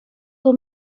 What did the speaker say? for